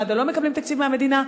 מד"א לא מקבלים תקציב מהמדינה.